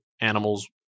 animals